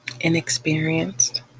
inexperienced